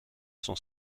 sont